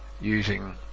using